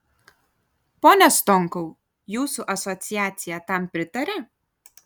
pone stonkau jūsų asociacija tam pritaria